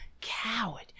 coward